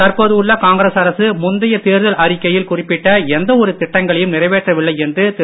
தற்போது உள்ள காங்கிரஸ் அரசு முந்தைய தேர்தல் அறிக்கையில் குறிப்பிட்ட எந்த நிறைவேற்றவில்லை என்ற திரு